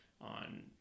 on